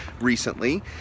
recently